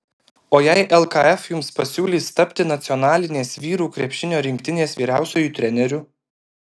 o jei lkf jums pasiūlys tapti nacionalinės vyrų krepšinio rinktinės vyriausiuoju treneriu